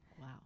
Wow